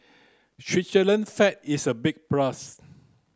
Switzerland flag is a big plus